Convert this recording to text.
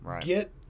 get